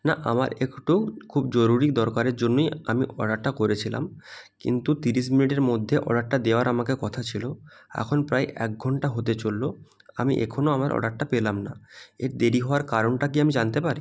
না আমার একটু খুব জরুরি দরকারের জন্যই আমি অর্ডারটা করেছিলাম কিন্তু তিরিশ মিনিটের মধ্যে অর্ডারটা দেওয়ার আমাকে কথা ছিলো এখন প্রায় এক ঘন্টা হতে চললো আমি এখনো আমার অর্ডারটা পেলাম না এর দেরি হওয়ার কারণটা কি আমি জানতে পারি